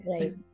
right